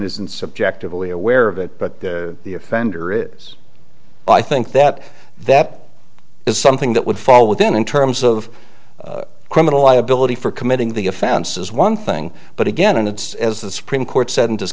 isn't subjectively aware of it but the offender is i think that that is something that would fall within in terms of criminal liability for committing the if ounces one thing but again it's as the supreme court said and